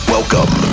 Welcome